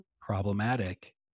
problematic